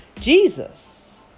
Jesus